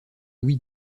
louis